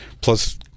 plus